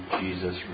Jesus